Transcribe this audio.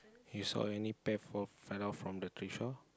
you saw any pear fall fell down from the tree shore